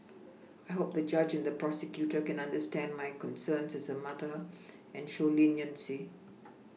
I hope the judge and the prosecutor can understand my concerns as a mother and show leniency